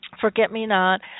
forget-me-not